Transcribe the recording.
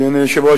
אדוני היושב-ראש,